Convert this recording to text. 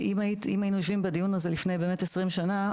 אם היינו יושבים בדיון הזה באמת לפני עשרים שנה,